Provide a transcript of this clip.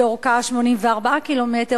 שאורכה 84 קילומטר,